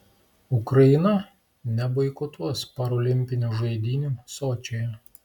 ukraina neboikotuos parolimpinių žaidynių sočyje